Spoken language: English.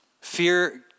Fear